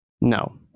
No